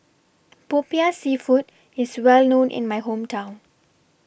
Popiah Seafood IS Well known in My Hometown